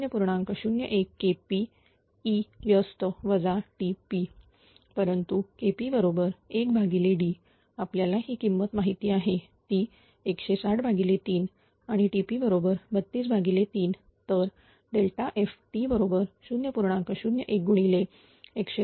01KPe TP परंतु 𝐾𝑝 बरोबर 1D आपल्याला ही किंमत माहिती आहे ती 1603 आणि TP323 तर F 0